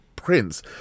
prince